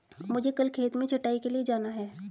मुझे कल खेत में छटाई के लिए जाना है